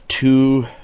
two